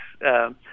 yes